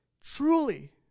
truly